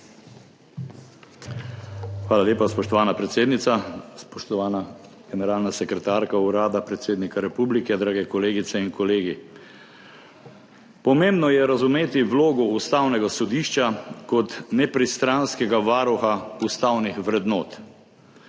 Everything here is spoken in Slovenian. Hvala lepa, spoštovana predsednica. Spoštovana generalna sekretarka Urada predsednika republike, drage kolegice in kolegi! Pomembno je razumeti vlogo Ustavnega sodišča kot nepristranskega varuha ustavnih vrednot.